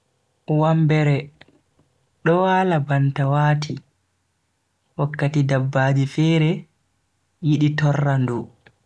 Wambere do wala banta wati wakkati dabbaji fere yidi torra ndu.